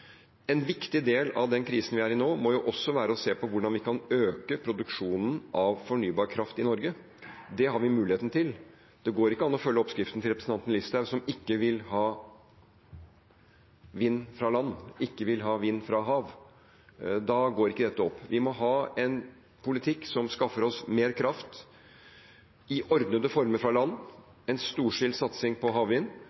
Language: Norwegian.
viktig del av den krisen vi er i nå, må jo også være å se på hvordan vi kan øke produksjonen av fornybar kraft i Norge. Det har vi muligheten til. Det går ikke an å følge oppskriften til representanten Listhaug, som ikke vil ha vind fra land, ikke vil ha vind fra hav. Da går ikke dette opp. Vi må ha en politikk som skaffer oss mer kraft i ordnede former fra